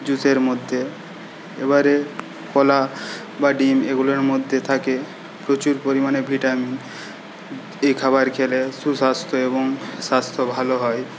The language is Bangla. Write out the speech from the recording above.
জুসের মধ্যে এবারে কলা বা ডিম এগুলোর মধ্যে থাকে প্রচুর পরিমাণে ভিটামিন এই খাবার খেলে সুস্বাস্থ্য এবং স্বাস্থ্য ভালো হয়